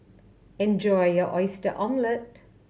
enjoy your Oyster Omelette